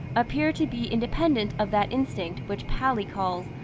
appear to be independent of that instinct which paley calls,